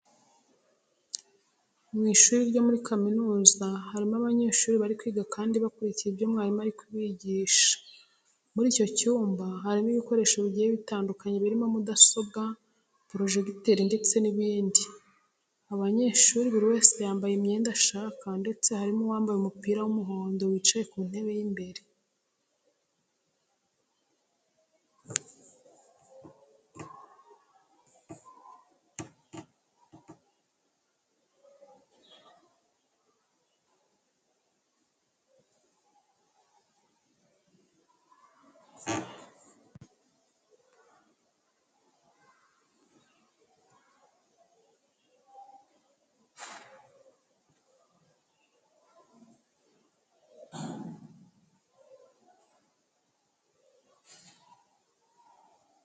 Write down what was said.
Mu ishuri ryo muri kaminuza harimo abanyeshuri bari kwiga kandi bakurikiye ibyo mwarimu ari kubigisha. Muri iki cyumba harimo ibikoresho bigiye bitandukanye birimo mudasobwa, porojegiteri ndetse n'ibindi. Abanyeshuri buri wese yambaye imyenda ashaka ndetse harimo uwambaye umupira w'umuhondo wicaye ku ntebe y'imbere.